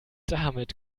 damit